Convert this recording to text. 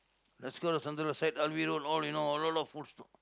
Deskar road Syed Alwi side all you know a lot of food stall